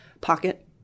pocket